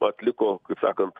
atliko sakant